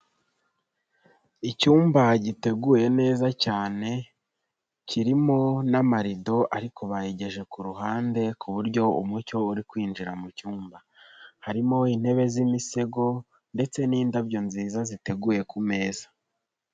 Icyumba giteguye neza cyane kirimo n'amarido ariko bayigije ku ruhande ku buryo umucyo uri kwinjira mu cyumba, harimo intebe z'imisego ndetse n'indabyo nziza ziteguye ku meza.